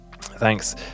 Thanks